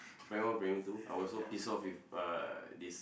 primary one primary two I was so pissed off with uh this